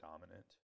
dominant